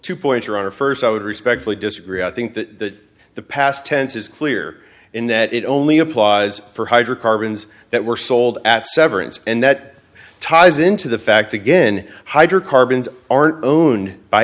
two points your honor first i would respectfully disagree i think that the past tense is clear in that it only applies for hydrocarbons that were sold at severance and that ties into the fact again hydrocarbons aren't own by